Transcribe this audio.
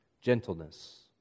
gentleness